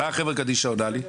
מה החברה קדישא עונה לי?